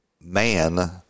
man